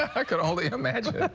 i can only imagine.